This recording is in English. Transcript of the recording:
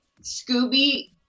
Scooby